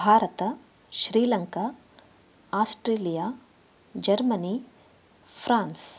Bharat Sri Lanka Australia Germany France